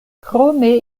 krome